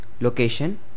location